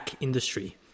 industry